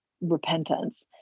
repentance